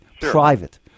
private